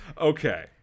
Okay